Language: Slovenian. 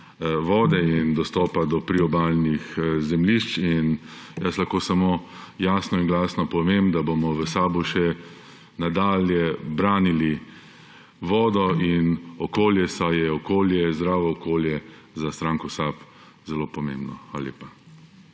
vode in dostopa do priobalnih zemljišč. Jaz lahko samo jasno in glasno povem, da bomo v SAB še nadalje branili vodo in okolje, saj je okolje, zdravo okolje, za stranko SAB zelo pomembno. Hvala lepa.